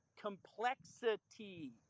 complexity